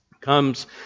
comes